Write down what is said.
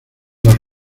dos